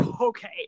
Okay